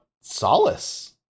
Solace